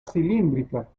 cilíndrica